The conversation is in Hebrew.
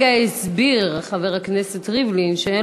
אבל כרגע הסביר חבר הכנסת ריבלין שאין